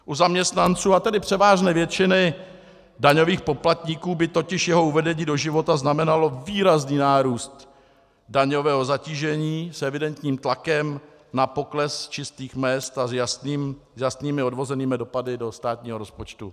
U zaměstnanců, a tedy převážné většiny daňových poplatníků by totiž jeho uvedení do života znamenalo výrazný nárůst daňového zatížení s evidentním tlakem na pokles čistých mezd a s jasnými odvozenými dopady do státního rozpočtu.